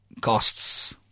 costs